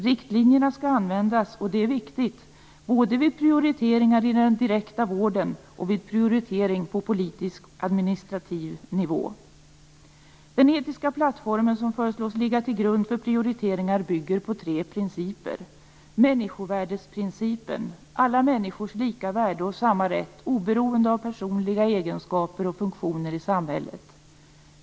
Riktlinjerna skall användas, och det är viktigt, både vid prioriteringar i den direkta vården och vid prioritering på politisk administrativ nivå. Den etiska plattform som föreslås ligga till grund för prioriteringar bygger på tre principer. Människovärdesprincipen handlar om alla människors lika värde och samma rätt oberoende av personliga egenskaper och funktioner i samhället.